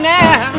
now